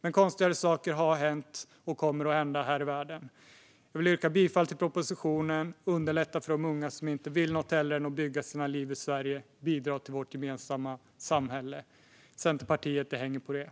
Men konstigare saker har hänt och kommer att hända här i världen. Jag vill yrka bifall till propositionen och underlätta för de unga som inte vill något hellre än att bygga sina liv i Sverige och bidra till vårt gemensamma samhälle. Centerpartiet, det hänger på er!